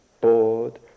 bored